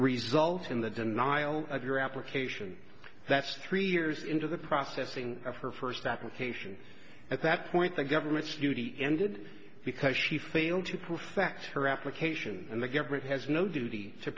result in the denial of your application that's three years into the processing of her first that location at that point the government's duty ended because she failed to perfect her application and the government has no duty to